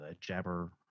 Jabber